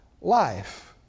life